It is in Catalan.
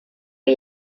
que